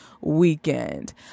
weekend